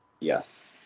Yes